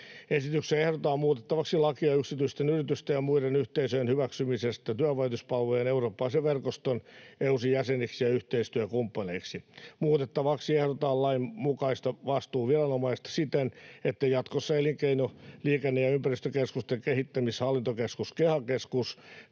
Esityksessä ehdotetaan muutettavaksi lakia yksityisten yritysten ja muiden yhteisöjen hyväksymisestä työnvälityspalvelujen eurooppalaisen verkoston Euresin jäseniksi ja yhteistyökumppaneiksi. Muutettavaksi ehdotetaan lain mukaista vastuuviranomaista siten, että jatkossa elinkeino‑, liikenne‑ ja ympäristökeskusten kehittämis‑ ja hallintokeskus, KEHA-keskus,